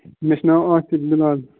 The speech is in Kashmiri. مےٚ چھُ ناو آصِف بِلال